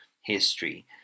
history